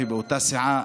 באותה סיעה,